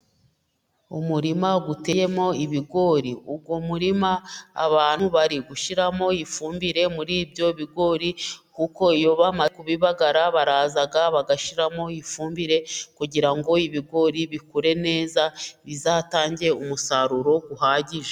Umurima uteyemo ibigori, uwo murima abantu bari gushyiramo ifumbire muri ibyo bigori, kuko iyo bamaze kubibagara baraza bagashyiramo ifumbire, kugira ngo ibigori bikure neza, bizatange umusaruro uhagije.